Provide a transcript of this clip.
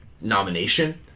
nomination